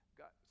god